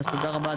אז תודה רבה,